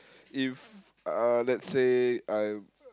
if uh let's say I